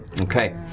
Okay